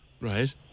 Right